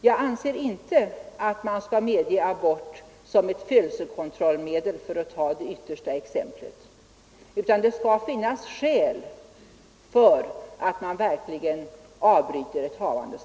Man skall inte medge abort som ett födelsekontrollmedel — för att ta det yttersta exemplet — utan det skall finnas verkliga skäl för att ett havandeskap skall avbrytas.